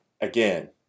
again